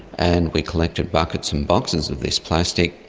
and we collected buckets and boxes of this plastic.